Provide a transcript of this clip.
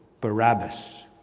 Barabbas